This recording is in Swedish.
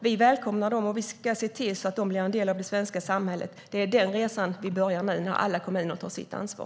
Vi välkomnar dem, och vi ska se till att de blir en del av det svenska samhället. Det är den resan vi börjar nu när alla kommuner tar sitt ansvar.